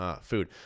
food